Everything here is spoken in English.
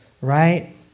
Right